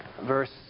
verse